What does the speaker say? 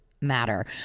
matter